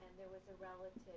there were several and